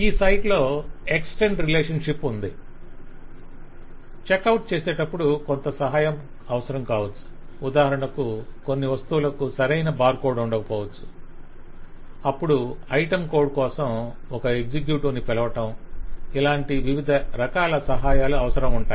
ఈ సైట్లో extend relationship ఉంది చెక్ అవుట్ చేసేటప్పుడు కొంత సహాయం అవసరం కావచ్చు ఉదాహరణకు కొన్ని వస్తువులకు సరైన బార్ కోడ్ ఉండకపోవచ్చు అప్పుడు ఐటమ్ కోడ్ కోసం ఒక ఎగ్జిక్యూటివ్ ను పిలవటం ఇలాంటి వివధ రకాల సహాయలు అవసరం ఉంటాయి